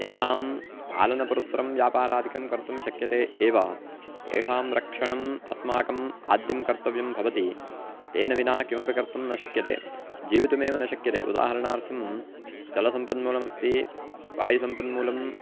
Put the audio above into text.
तेषां पालनपुरस्सरं व्यापारादिकं कर्तुं शक्यते एव तेषां रक्षणम् अस्माकम् आद्यं कर्तव्यं भवति तेन विना किमपि कर्तुं न शक्यते जीवितुमेव न शक्यते उदाहरणार्थं जलसम्पन्मूलमस्ति वायुसम्पन्मूलं